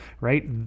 Right